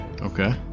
Okay